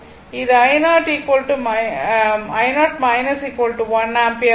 இது i0 1 ampere ஆகும்